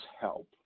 help